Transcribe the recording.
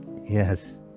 Yes